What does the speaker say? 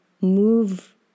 move